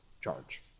charge